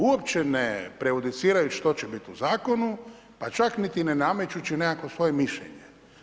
Uopće ne prejudicirajući što će biti u zakonu pa čak niti ne namećući neko svoje mišljenje.